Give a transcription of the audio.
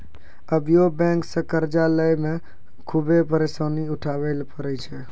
अभियो बेंक से कर्जा लेय मे खुभे परेसानी उठाय ले परै छै